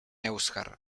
èuscar